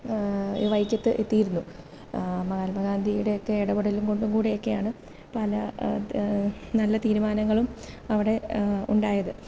വൈക്കത്ത് എത്തിയിരുന്നു മഹാത്മാഗാന്ധിയുടെ ഒക്കെ ഇടപെടലും കൊണ്ടും കൂടെയൊക്കെ ആണ് പല നല്ല തീരുമാനങ്ങളും അവിടെ ഉണ്ടായത്